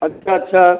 अच्छा अच्छा